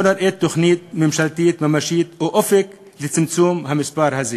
לא רואה תוכנית ממשלתית ממשית או אופק לצמצום המספר הזה.